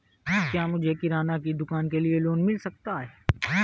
क्या मुझे किराना की दुकान के लिए लोंन मिल सकता है?